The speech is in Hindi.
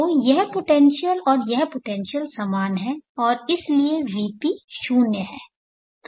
तो यह पोटेंशियल और यह पोटेंशियल सामान है और इसलिए Vp शून्य है